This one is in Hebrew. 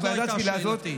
בג"ץ גילה זאת,